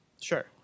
Sure